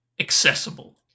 accessible